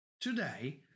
Today